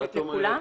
לתת לכולם?